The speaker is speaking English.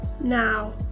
now